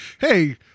hey